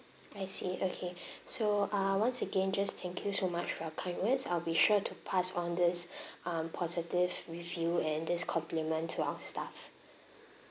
I see okay so ah once again just thank you so much for your kind words I'll be sure to pass on this um positive review and this compliment to our staff